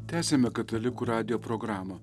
tęsiame katalikų radijo programą